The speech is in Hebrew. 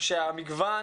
שהמגוון